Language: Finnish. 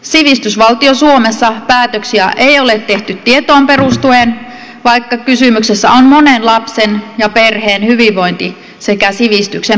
sivistysvaltio suomessa päätöksiä ei ole tehty tietoon perustuen vaikka kysymyksessä on monen lapsen ja perheen hyvinvointi sekä sivistyksen perusta